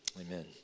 Amen